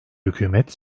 hükümet